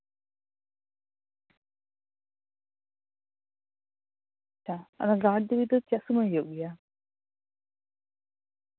ᱟᱪᱪᱷᱟ ᱚᱱᱟ ᱜᱟᱦᱟᱲ ᱫᱷᱤᱨᱤ ᱫᱚ ᱪᱮᱫ ᱥᱚᱢᱚᱭ ᱦᱩᱭᱩᱜ ᱜᱮᱭᱟ